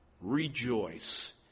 Rejoice